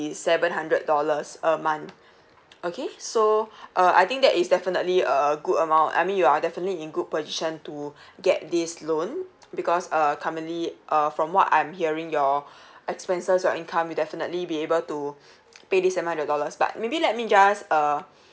seven hundred dollars a month okay so uh I think that is definitely a a good amount I mean you are definitely in good position to get this loan because uh currently uh from what I'm hearing your expenses your income you definitely be able to pay this amount of dollars but maybe let me just uh